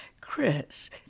Chris